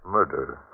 Murder